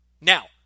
Now